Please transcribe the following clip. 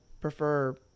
prefer